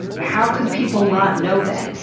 how could people not know then?